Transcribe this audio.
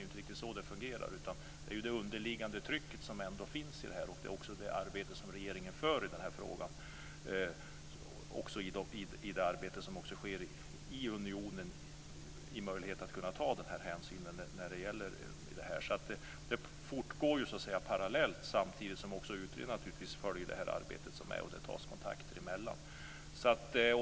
Det fungerar inte riktigt så, utan det handlar om det underliggande tryck som ändå finns här och om det arbete som regeringen driver i frågan och i det arbete som sker i unionen när det gäller möjligheterna att ta den här hänsynen. Detta fortgår parallellt. Samtidigt följer utredarna naturligtvis det arbete som sker och man tar kontakter sinsemellan.